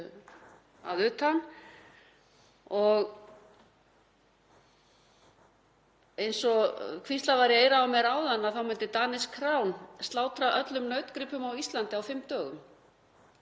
að utan og eins og hvíslað var í eyrað á mér áðan myndi Danish Crown slátra öllum nautgripum á Íslandi á fimm dögum.